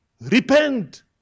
repent